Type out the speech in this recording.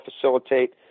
facilitate